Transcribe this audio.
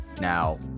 now